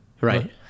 Right